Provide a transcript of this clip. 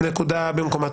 הנקודה במקומה.